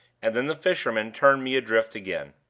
and then the fishermen turned me adrift again.